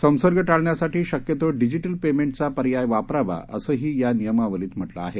संसर्गटाळण्यासाठीशक्यतोडिजीटलपेमेंटचापर्यायवापरावा असंहीयानियमावलीतम्हटलंआहे